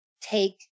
take